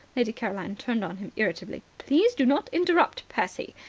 lady caroline turned on him irritably. please do not interrupt, percy.